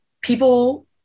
people